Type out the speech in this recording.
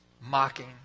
mocking